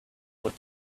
would